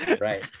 right